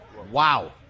Wow